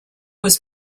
was